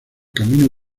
camino